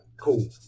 cool